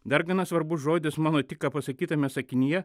dar gana svarbus žodis mano tik ką pasakytame sakinyje